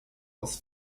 aus